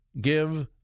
Give